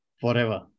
Forever